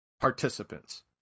participants